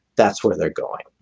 that's where they're going.